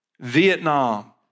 Vietnam